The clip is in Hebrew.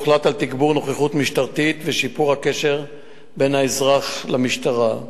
הוחלט על תגבור נוכחות משטרתית ושיפור הקשר בין האזרח למשטרה.